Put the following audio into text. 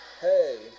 Hey